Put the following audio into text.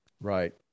Right